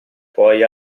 poi